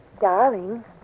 Darling